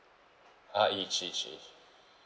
ah e chi chi